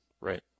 Right